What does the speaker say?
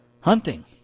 hunting